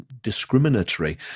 discriminatory